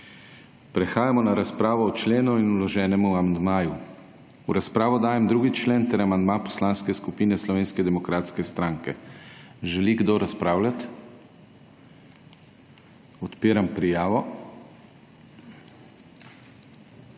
Prehajamo na razpravo o členu in vloženem amandmaju. V razpravo dajem 2. člen ter amandma Poslanske skupine Slovenske demokratske stranke. Želi kdo razpravljati? (Da.) Odpiram prijavo.